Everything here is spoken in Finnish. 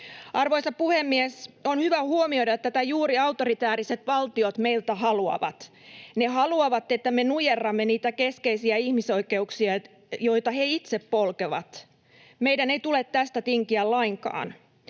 Arvoisa puhemies! On hyvä huomioida, että tätä juuri autoritääriset valtiot meiltä haluavat: ne haluavat, että me nujerramme niitä keskeisiä ihmisoikeuksia, joita he itse polkevat. Meidän ei tule tästä tinkiä lainkaan.